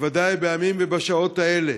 בוודאי בימים ובשעות האלה.